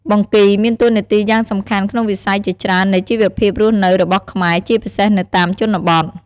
បង្គីមានតួនាទីយ៉ាងសំខាន់ក្នុងវិស័យជាច្រើននៃជីវភាពរស់នៅរបស់ខ្មែរ ជាពិសេសនៅតាមជនបទ។